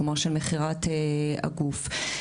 כמו של מכירת הגוף.